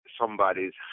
somebody's